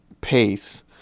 pace